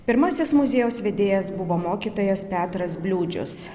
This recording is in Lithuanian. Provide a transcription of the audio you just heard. pirmasis muziejaus vedėjas buvo mokytojas petras bliūdžius